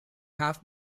half